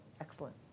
Excellent